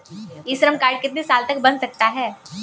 ई Shram card कितने साल तक बन सकता है?